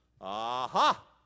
Aha